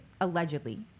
allegedly